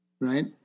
right